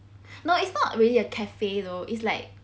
no it's not really a cafe though is like